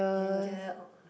ginger